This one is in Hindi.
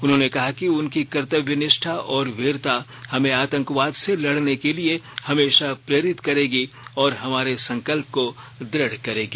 उन्होंने कहा कि उनकी कर्तव्य निष्ठाा और वीरता हमें आतंकवाद से लड़ने के लिए हमेशा प्रेरित करेगी और हमारे संकल्प को दृढ़ करेगी